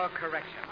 correction